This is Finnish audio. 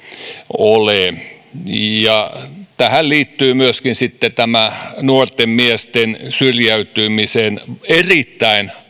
ole tähän liittyy myöskin sitten tämä nuorten miesten syrjäytymisen erittäin